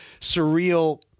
surreal